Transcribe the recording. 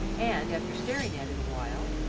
and after staring at it awhile,